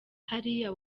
hariya